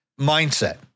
mindset